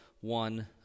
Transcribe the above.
one